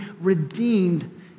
redeemed